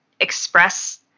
express